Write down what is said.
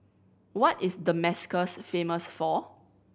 what is Damascus famous for